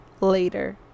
later